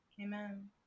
Amen